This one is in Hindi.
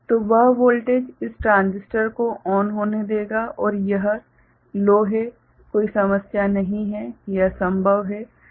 तो वह वोल्टेज इस ट्रांजिस्टर को चालू होने देगा और यह लो है कोई समस्या नहीं है यह संभव है